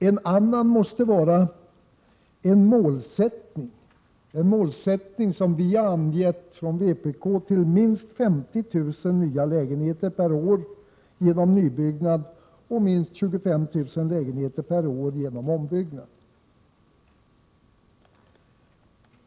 En annan måste vara en målsättning som vpk har angett till minst 50 000 nya lägenheter per år genom nybyggnad och minst 25 000 lägenheter per år genom ombyggnad.